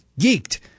geeked